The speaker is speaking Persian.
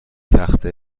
تخته